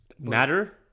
Matter